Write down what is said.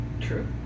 True